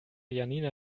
janina